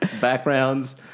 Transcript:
backgrounds